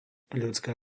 ľudská